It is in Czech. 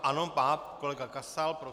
Ano, pan kolega Kasal.